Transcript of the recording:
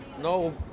no